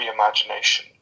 reimagination